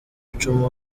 icumi